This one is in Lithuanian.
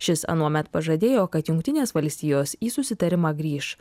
šis anuomet pažadėjo kad jungtinės valstijos į susitarimą grįš